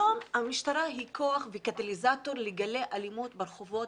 היום המשטרה היא כוח וקטליזטור לגלי אלימות ברחובות,